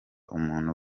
umuntu